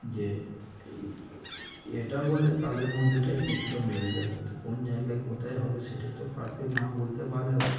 যে এটা বলে তাদের মধ্যেটায় কিছুটা মিলে যায় কিন্তু কোন জায়গায় কোথায় হবে সেটাই তো পারফেক্ট না বলতে পারলেও